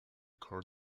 core